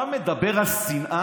אתה מדבר על שנאה?